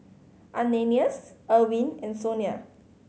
Ananias Irwin and Sonia